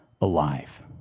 alive